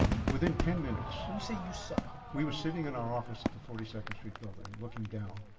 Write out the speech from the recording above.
within ten minutes. when you say you saw? we were sitting in our office at the forty second street building, looking down.